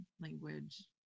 language